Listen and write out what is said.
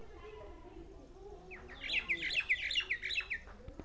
Gold লোনের জইন্যে কি রকম করি অ্যাপ্লাই করিবার লাগে?